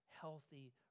healthy